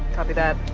copy that.